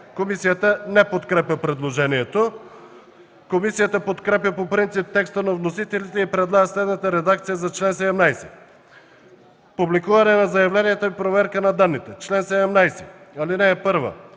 Комисията не подкрепя предложението. Комисията подкрепя по принцип текста на вносителите и предлага следната редакция за чл. 17: „Публикуване на заявленията и проверка на данните Чл. 17. (1)